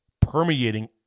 permeating